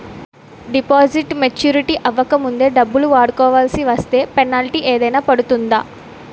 Deposit maturity అవ్వక ముందే డబ్బులు వాడుకొవాల్సి వస్తే పెనాల్టీ ఏదైనా పడుతుందా?